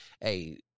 hey